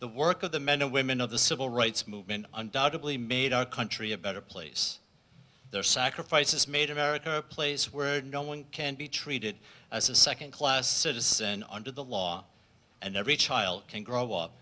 the work of the men and women of the civil rights movement undoubtably made our country a better place their sacrifices made america place where no one can be treated as a second class citizen under the law and every child can grow up